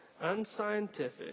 unscientific